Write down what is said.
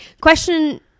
Question